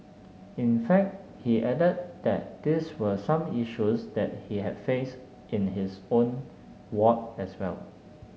in fact he added that these were some issues that he have faced in his own ward as well